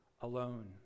alone